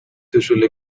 usually